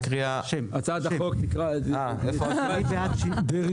תשעה בעד.